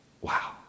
Wow